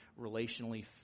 relationally